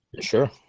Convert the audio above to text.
Sure